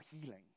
healing